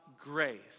grace